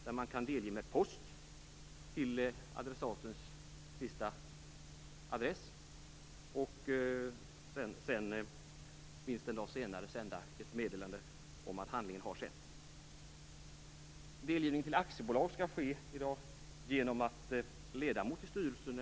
Man kan delge med post till adressatens senaste adress och minst en dag senare sända ett meddelande om att handlingen har sänts.